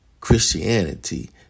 Christianity